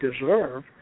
deserve